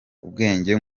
ubwenge